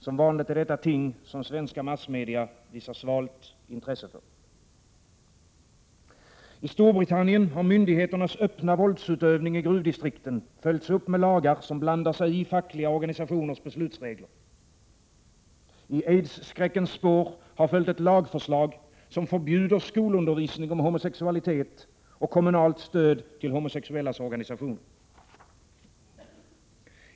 Som vanligt är detta ting som svenska massmedia visar svalt intresse för. I Storbritannien har myndigheternas öppna våldsutövning i gruvdistrikten följts upp med lagar som blandar sig i fackliga organisationers beslutsregler. I aidsskräckens spår har följt ett lagförslag som förbjuder skolundervisning om homosexualitet och kommunalt stöd till homosexuellas organisationer.